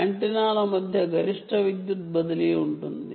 యాంటెన్నాల మధ్య గరిష్ట విద్యుత్ బదిలీ ఉంటుంది